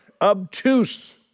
obtuse